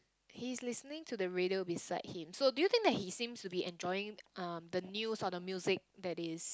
he's listening to the radio beside him so do you think that he seems to be enjoying um the news or the music that is